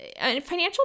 financial